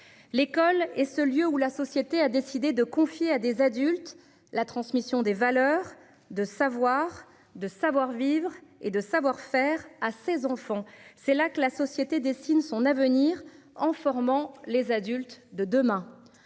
l'école et ce lieu où la société a décidé de confier à des adultes. La transmission des valeurs de savoirs de savoir-vivre et de savoir-faire à ses enfants. C'est là que la société dessine son avenir en formant les adultes de demain.